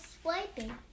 swiping